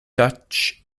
dutch